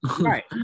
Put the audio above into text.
Right